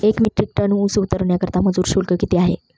एक metric tonne ऊस उतरवण्याकरता मजूर शुल्क किती आहे?